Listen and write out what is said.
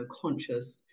conscious